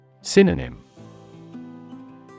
Synonym